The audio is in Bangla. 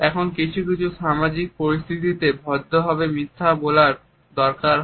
এখন কিছু কিছু সামাজিক পরিস্থিতিতে ভদ্রভাবে মিথ্যে বলার দরকার হয়